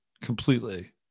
Completely